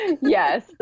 Yes